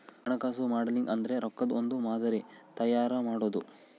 ಹಣಕಾಸು ಮಾಡೆಲಿಂಗ್ ಅಂದ್ರೆ ರೊಕ್ಕದ್ ಒಂದ್ ಮಾದರಿ ತಯಾರ ಮಾಡೋದು